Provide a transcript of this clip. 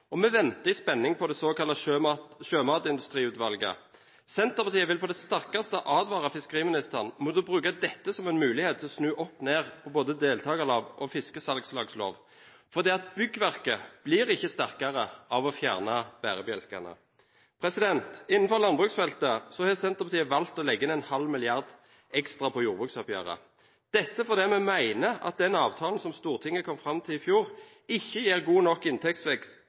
fiskeindustrien. Vi venter i spenning på det såkalte Sjømatindustriutvalget. Senterpartiet vil på det sterkeste advare fiskeriministeren mot å bruke dette som en mulighet til å snu opp ned på både deltakerlov og fiskesalgslagslov. Byggverket blir ikke sterkere av å fjerne bærebjelkene. Innenfor landbruksfeltet har Senterpartiet valgt å legge inn en halv milliard ekstra på jordbruksoppgjøret, fordi vi mener at den avtalen som Stortinget kom fram til i fjor, ikke gir god nok inntektsvekst